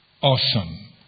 Awesome